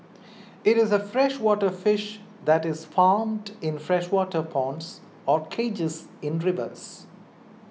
it is a freshwater fish that is farmed in freshwater ponds or cages in rivers